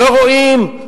לא רואים,